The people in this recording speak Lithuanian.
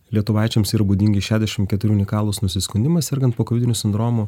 lietuvaičiams yra būdingi šešiasdešimt keturi unikalūs nusiskundimai sergant pokovidiniu sindromu